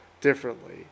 differently